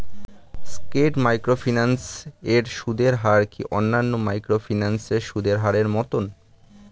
স্কেট microfinance এর সুদের হার কি অন্যান্য মাইক্রোফিন্যান্স এর সুদের হারের মতন?